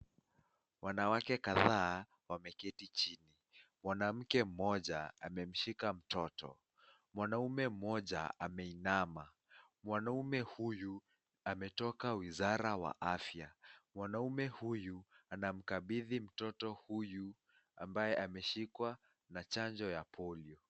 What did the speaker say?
Wanawake kadhaa wameketi chini, mwanamke mmoja amemshika mtoto mwanaume mmoja ameinama, mwanaume huyu ametoka wizara wa afya mwanaume huyu anamkabidhii mtoto huyu ambaye amshikwa na chanjo ya polio.